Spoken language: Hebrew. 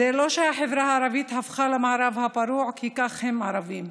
זה לא שהחברה הערבית הפכה למערב הפרוע כי כך הם ערבים,